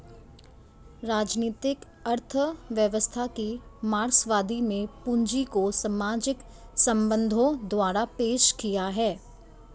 राजनीतिक अर्थव्यवस्था की मार्क्सवादी में पूंजी को सामाजिक संबंधों द्वारा पेश किया है